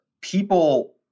people